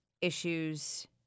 issues